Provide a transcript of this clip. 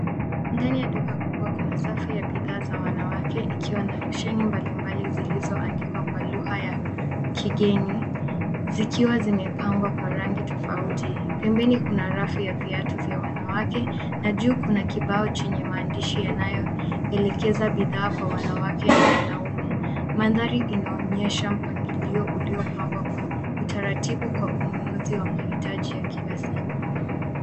Ndani ya duka kubwa kuna safu ya bidhaa za wanawake ikiwa na losheni mbalimbali zilizoandikwa kwa lugha ya kigeni, zikiwa zimepangwa kwa rangi tofauti. Pembeni kuna rafu ya viatu vya wanawake na juu kuna kibao chenye maandishi yanayoelekeza bidhaa kwa wanawake na wanaume. Mandhari inaonyesha mpandulio uliopangwa kwa utaratibu kwa ununuzi wa mahitaji ya kila siku.